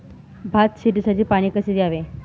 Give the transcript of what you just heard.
भात शेतीसाठी पाणी कसे द्यावे?